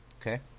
Okay